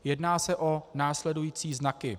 Jedná se o následující znaky.